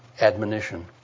admonition